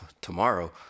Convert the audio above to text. tomorrow